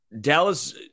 Dallas